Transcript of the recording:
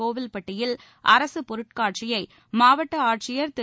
கோவில்பட்டியில் அரசு பொருட்காட்சியை மாவட்ட ஆட்சியர் திரு